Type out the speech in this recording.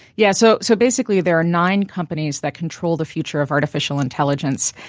yeah so so basically there are nine companies that control the future of artificial intelligence.